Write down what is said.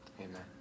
Amen